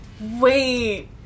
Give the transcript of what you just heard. Wait